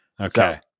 Okay